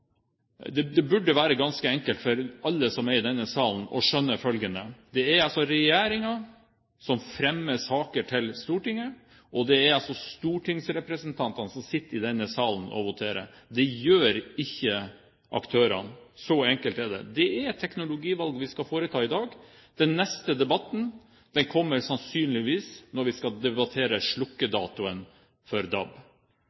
som fremmer saker til Stortinget, og det er stortingsrepresentantene som sitter i denne salen og voterer. Det gjør ikke aktørene. Så enkelt er det. Det er et teknologivalg vi skal foreta i dag. Den neste debatten kommer sannsynligvis når vi skal debattere